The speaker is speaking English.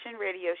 Radio